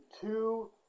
two